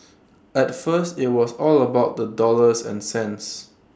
at first IT was all about the dollars and cents